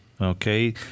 okay